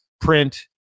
print